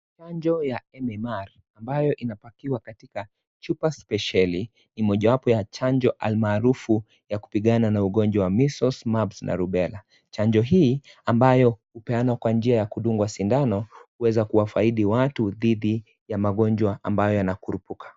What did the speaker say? Chanjo ya MMR ambayo inapakiwa katika chupa spesheli, ni mojawapo ya chanjo almaarufu, ya kupigana na ugonjwa wa measles, mumps na rubella . Chanjo hii ambayo hupeanwa kwa njia ya kudungwa sindano, huweza kuwafaidi watu dithi ya magonjwa ambayo yanakurupuka.